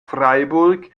freiburg